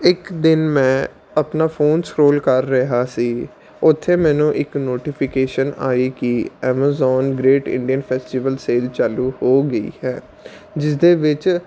ਇੱਕ ਦਿਨ ਮੈਂ ਆਪਣਾ ਫ਼ੋਨ ਸਕਰੋਲ ਕਰ ਰਿਹਾ ਸੀ ਉੱਥੇ ਮੈਨੂੰ ਇੱਕ ਨੋਟੀਫਿਕੇਸ਼ਨ ਆਈ ਕਿ Amazon great Indian festival sale ਚਾਲੂ ਹੋ ਗਈ ਹੈ ਜਿਸਦੇ ਵਿੱਚ